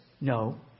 no